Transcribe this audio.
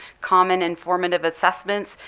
common informative assessments.